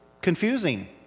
confusing